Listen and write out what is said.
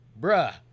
bruh